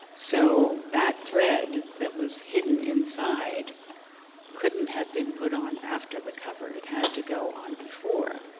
so that thread that was hidden inside couldn't have been put on after the cover. it had to go on before.